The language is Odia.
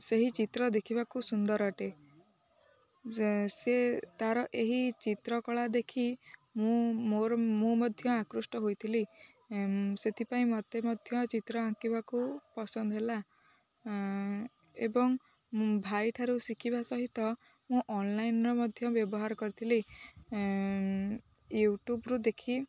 ସେହି ଚିତ୍ର ଦେଖିବାକୁ ସୁନ୍ଦର ଅଟେ ସେ ତା'ର ଏହି ଚିତ୍ରକଳା ଦେଖି ମୁଁ ମୋର ମୁଁ ମଧ୍ୟ ଆକୃଷ୍ଟ ହେଇଥିଲି ସେଥିପାଇଁ ମୋତେ ମଧ୍ୟ ଚିତ୍ର ଆଙ୍କିବାକୁ ପସନ୍ଦ ହେଲା ଏବଂ ଭାଇ ଠାରୁ ଶିଖିବା ସହିତ ମୁଁ ଅନଲାଇନ୍ର ମଧ୍ୟ ବ୍ୟବହାର କରିଥିଲି ୟୁଟ୍ୟୁବରୁ ଦେଖି